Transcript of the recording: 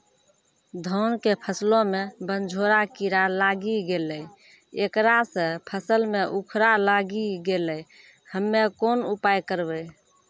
धान के फसलो मे बनझोरा कीड़ा लागी गैलै ऐकरा से फसल मे उखरा लागी गैलै हम्मे कोन उपाय करबै?